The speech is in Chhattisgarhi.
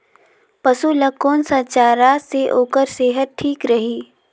पशु ला कोन स चारा से ओकर सेहत ठीक रही?